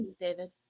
david